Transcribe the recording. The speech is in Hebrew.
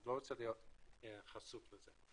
אתה לא רוצה להיות חשוף לזה.